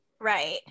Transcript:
Right